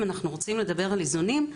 אם אנחנו רוצים לדבר על איזונים,